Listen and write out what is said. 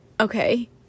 Okay